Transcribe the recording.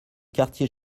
quartier